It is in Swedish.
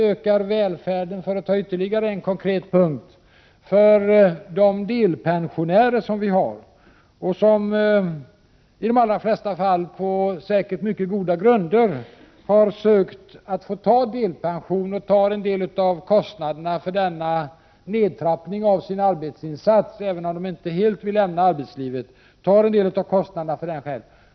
Ytterligare en konkret punkt gäller de delpensionärer som, säkert på mycket goda grunder, har ansökt om att få delpension och själva tar en del av kostnaderna för denna nedtrappning av sin arbetsinsats även om de inte helt vill lämna arbetslivet.